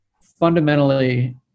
fundamentally